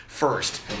First